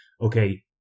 Okay